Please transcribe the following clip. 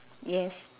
yes